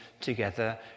together